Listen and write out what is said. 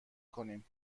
کنیم